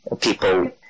people